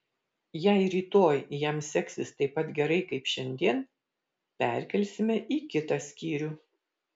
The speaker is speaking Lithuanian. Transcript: jei rytoj jam seksis taip pat gerai kaip šiandien perkelsime į kitą skyrių